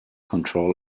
control